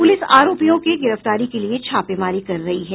police आरोपियों के गिरफ्तारी के लिये छापेमारी कर रही है